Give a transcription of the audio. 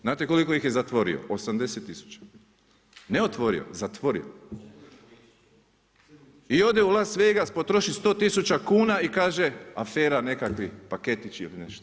Znate koliko ih je zatvorio 80 tisuća, ne otvorio, zatvorio i ode u Las Vegas potroši 100 tisuća kuna i kaže afera nekakvi paketići ili nešto.